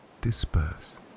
disperse